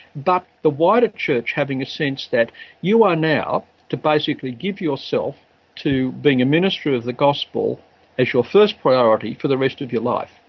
but the wider church having the sense that you are now to basically give yourself to being a minister of the gospel as your first priority for the rest of your life.